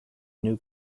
new